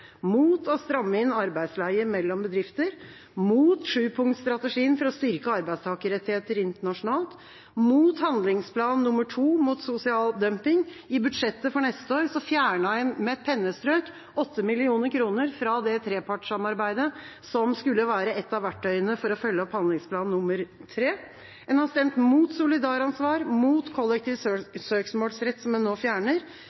mot å stramme inn arbeidsleie mellom bedrifter, mot sjupunktsstrategien for å styrke arbeidstakerrettigheter internasjonalt og mot handlingsplan nr. 2 mot sosial dumping, og i budsjettet for neste år fjernet man med et pennestrøk 8 mill. kr fra det trepartssamarbeidet som skulle være et av verktøyene for å følge opp handlingsplan nr. 3. En har stemt mot solidaransvar, mot kollektiv